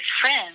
friends